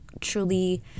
truly